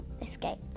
escape